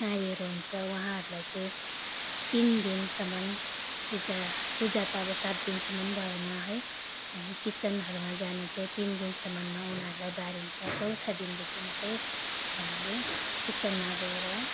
नारीहरू हुन्छ उहाँहरूलाई चाहिँ तिन दिनसम्म पूजा पूजा त अब सात दिनसम्म भएन है अनि किचनहरूमा जानु चाहिँ तिन दिनसम्ममा उनीहरूलाई बारिन्छ चौथा दिनदेखि मात्रै हामीले किचनमा गएर